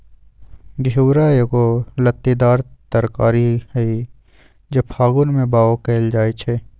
घिउरा एगो लत्तीदार तरकारी हई जे फागुन में बाओ कएल जाइ छइ